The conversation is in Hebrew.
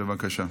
בבקשה.